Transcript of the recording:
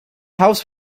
house